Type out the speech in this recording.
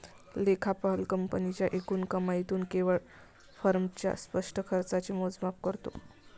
लेखापाल कंपनीच्या एकूण कमाईतून केवळ फर्मच्या स्पष्ट खर्चाचे मोजमाप करतो